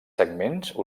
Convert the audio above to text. segments